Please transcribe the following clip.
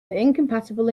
incompatible